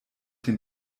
den